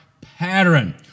pattern